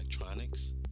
electronics